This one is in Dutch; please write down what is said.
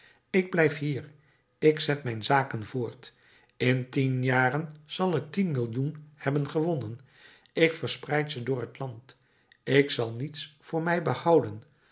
ik blijf hier ik zet mijn zaken voort in tien jaren zal ik tien millioen hebben gewonnen ik verspreid ze door t land ik zal niets voor mij behouden